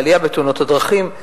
לעלייה בתאונות הדרכים.